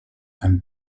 and